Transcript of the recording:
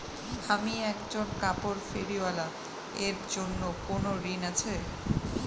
আমি একজন কাপড় ফেরীওয়ালা এর জন্য কোনো ঋণ আছে?